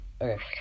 Okay